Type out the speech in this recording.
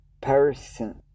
person